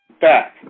back